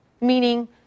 meaning